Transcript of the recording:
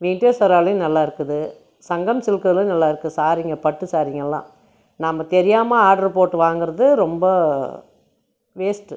வெங்டேஸ்வராவ்லேயும் நல்லா இருக்குது சங்கம் சில்க்லேயும் நல்லா இருக்குது ஸாரீங்க பட்டு ஸாரீங்கெல்லாம் நம்ம தெரியாமல் ஆட்ரு போட்டு வாங்கிறது ரொம்ப வேஸ்ட்டு